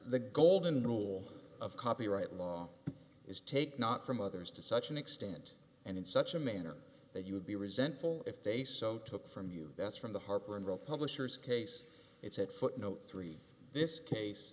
the golden rule of copyright law is take not from others to such an extent and in such a manner that you would be resentful if they so took from you that's from the harper and row publishers case it's at footnote three this case